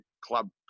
club